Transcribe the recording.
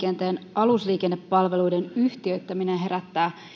alusliikennepalveluiden yhtiöittäminen herättää